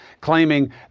claiming